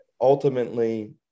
Ultimately